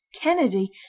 Kennedy